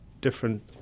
different